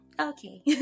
Okay